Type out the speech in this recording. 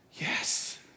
Yes